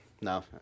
No